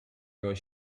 your